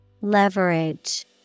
Leverage